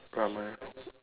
ramen